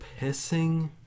pissing